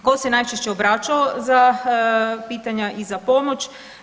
Tko se najčešće obraćao za pitanja i za pomoć?